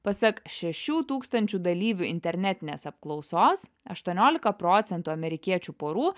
pasak šešių tūkstančių dalyvių internetinės apklausos aštuoniolika procentų amerikiečių porų